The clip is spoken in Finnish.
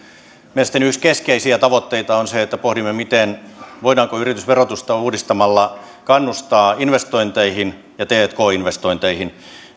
mielestäni yksi keskeisiä tavoitteita on se että pohdimme voidaanko yritysverotusta uudistamalla kannustaa investointeihin ja tk investointeihin